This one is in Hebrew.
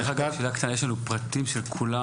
דרך אגב, שאלה קצרה, יש לנו פרטים של כולם?